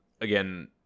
again